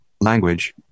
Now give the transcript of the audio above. Language